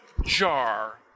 jar